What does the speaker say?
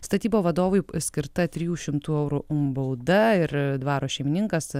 statybų vadovui skirta trijų šimtų eurų bauda ir dvaro šeimininkas